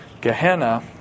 Gehenna